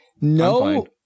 no